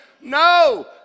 No